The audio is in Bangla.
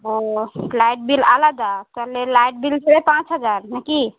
ও লাইট বিল আলাদা তাহলে লাইট বিল ছেড়ে পাঁচ হাজার না কি